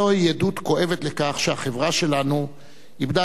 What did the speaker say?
זוהי עדות כואבת לכך שהחברה שלנו איבדה